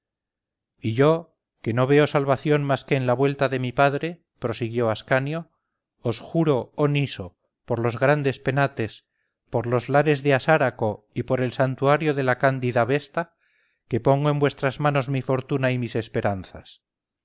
y yo que no veo salvación más que en la vuelta de mi padre prosiguió ascanio os juro oh niso por los grandes penates por los lares de asáraco y por el santuario de la cándida vesta que pongo en vuestras manos mi fortuna y mis esperanzas